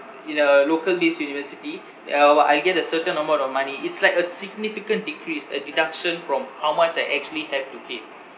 in a local based university uh what I get a certain amount of money it's like a significant decrease a deduction from how much I actually have to pay